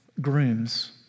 grooms